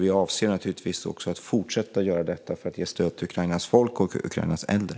Vi avser naturligtvis att fortsätta att göra detta för att ge stöd till Ukrainas folk och Ukrainas äldre.